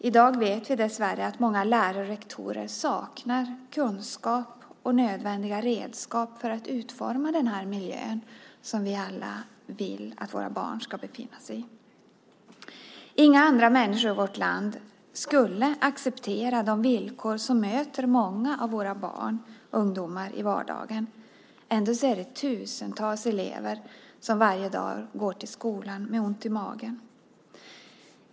I dag vet vi dessvärre att många lärare och rektorer saknar kunskap och nödvändiga redskap för att utforma den miljö som vi alla vill att våra barn ska befinna sig i. Inga andra människor i vårt land skulle acceptera de villkor som möter många av våra barn och ungdomar i vardagen. Ändå är det tusentals elever som varje dag går till skolan med ont i magen.